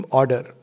order